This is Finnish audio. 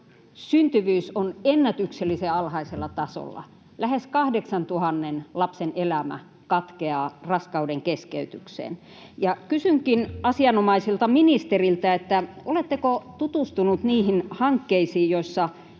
syntyvyys on ennätyksellisen alhaisella tasolla, lähes 8 000 lapsen elämä katkeaa raskaudenkeskeytykseen. Kysynkin asianomaiselta ministeriltä: oletteko tutustunut niihin hankkeisiin, joissa